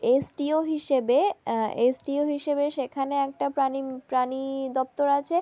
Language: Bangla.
এসডিও হিসাবে এসডিও হিসাবে সেখানে একটা প্রাণী প্রাণী দপ্তর আছে